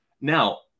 now